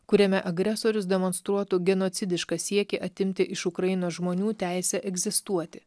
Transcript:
kuriame agresorius demonstruotų genocidišką siekį atimti iš ukrainos žmonių teisę egzistuoti